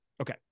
Okay